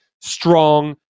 strong